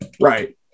Right